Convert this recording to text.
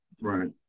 Right